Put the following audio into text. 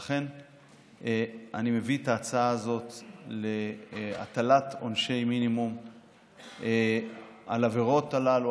לכן אני מביא את ההצעה הזאת להטלת עונשי מינימום בעבירות הללו,